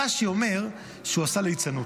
רש"י אומר שהוא עשה ליצנות.